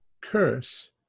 curse